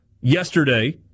yesterday